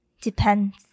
Depends